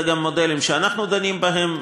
זה גם מודלים שאנחנו דנים בהם.